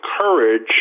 Courage